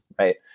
right